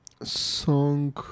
Song